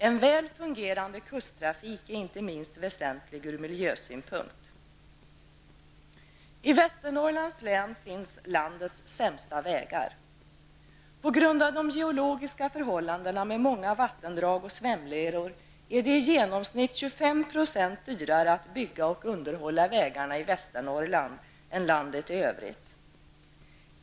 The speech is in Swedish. En väl fungerande kusttrafik är inte minst väsentlig ur miljösynpunkt. I Västernorrlands län finns landets sämsta vägar. På grund av de geologiska förhållandena, med många vattendrag och sväm-leror, är det i genomsnitt Västernorrland än i landet i övrigt.